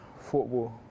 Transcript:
football